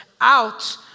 out